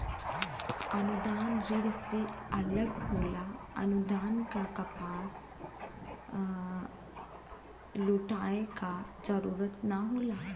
अनुदान ऋण से अलग होला अनुदान क वापस लउटाये क जरुरत ना होला